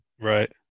Right